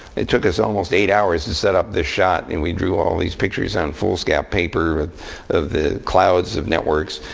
it took us almost eight hours to set up this shot. and we drew all these pictures on foolscap paper of the clouds of networks.